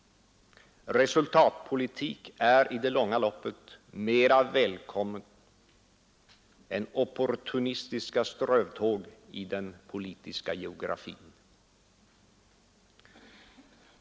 Resultatpolitik är i det långa loppet mera välkommen än opportunistiska strövtåg i den politiska geografin.